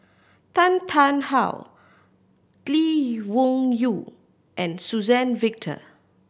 Tan Tarn How Lee Wung Yew and Suzann Victor